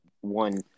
one